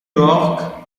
york